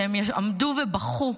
הן עמדו ובכו.